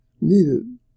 needed